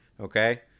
okay